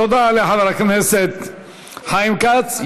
תודה לחבר הכנסת חיים כץ.